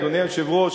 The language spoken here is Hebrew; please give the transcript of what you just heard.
אדוני היושב-ראש,